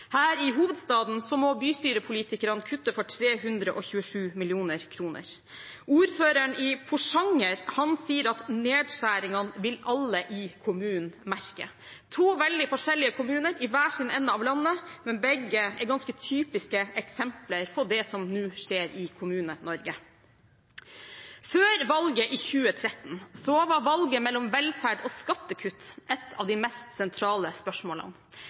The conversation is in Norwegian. Her i hovedstaden må bystyrepolitikerne kutte for 327 mill. kr. Ordføreren i Porsanger sier at alle i kommunen vil merke nedskjæringene. Dette er to veldig forskjellige kommuner, i hver sin ende av landet, men begge er ganske typiske eksempler på det som nå skjer i Kommune-Norge. Før valget i 2013 var valget mellom velferd og skattekutt et av de mest sentrale spørsmålene.